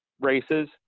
races